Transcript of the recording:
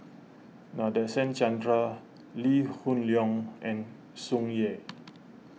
Nadasen Chandra Lee Hoon Leong and Tsung Yeh